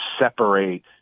separate